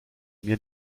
mir